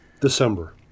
December